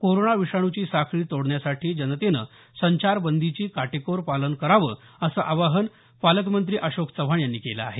corona विषाणूची साखळी तोडण्यासाठी जनतेनं संचारबंदीची काटेकोर पालन करावं असं आवाहन पालकमंत्री अशोक चव्हाण यांनी केलं आहे